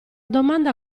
domanda